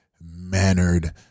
mannered